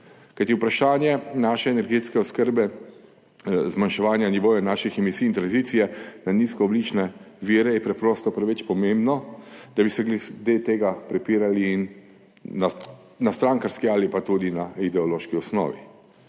kajti vprašanje naše energetske oskrbe, zmanjševanja nivoja naših emisij in tranzicije na nizkoogljične vire je preprosto preveč pomembno, da bi se glede tega prepirali na strankarski ali pa tudi na ideološki osnovi.